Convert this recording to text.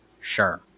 sure